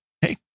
hey